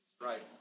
Right